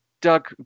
Doug